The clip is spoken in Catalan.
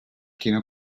quina